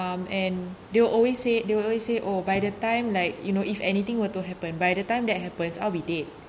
um and they will always say they will always say oh by the time like you know if anything were to happen by the time that happens I'll be dead